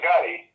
Gotti